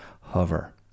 hover